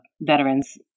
veterans